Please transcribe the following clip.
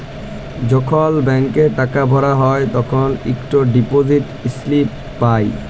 যখল ব্যাংকে টাকা ভরা হ্যায় তখল ইকট ডিপজিট ইস্লিপি পাঁই